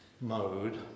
mode